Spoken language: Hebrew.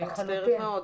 אני מצטערת מאוד.